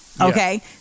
okay